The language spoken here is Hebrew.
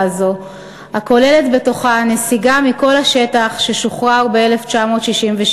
הזאת הכוללת בתוכה נסיגה מכל השטח ששוחרר ב-1967,